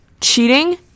cheating